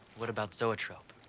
what about zoetrope?